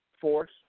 force